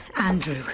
Andrew